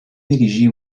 dirigí